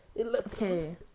Okay